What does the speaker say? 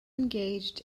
engaged